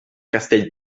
castell